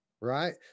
right